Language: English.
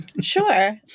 Sure